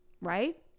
right